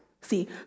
See